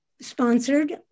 sponsored